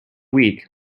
weak